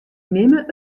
nimme